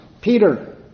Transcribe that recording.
Peter